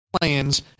plans